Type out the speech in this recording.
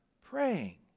praying